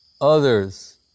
others